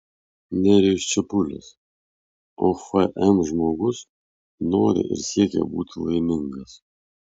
nerijus čepulis ofm žmogus nori ir siekia būti laimingas